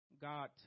God